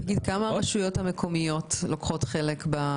כמה הרשויות המקומיות לוקחות חלק?